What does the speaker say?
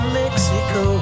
mexico